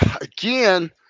again